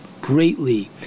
greatly